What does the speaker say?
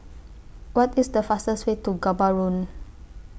What IS The fastest Way to Gaborone